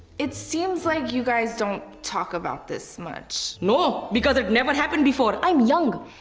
it seems like you guys don't talk about this much. no because it never happened before. i'm young.